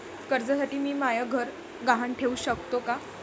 कर्जसाठी मी म्हाय घर गहान ठेवू सकतो का